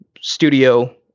studio